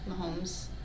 Mahomes